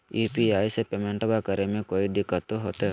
UPI से पेमेंटबा करे मे कोइ दिकतो होते?